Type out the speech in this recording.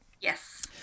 Yes